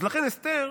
אז לכן אסתר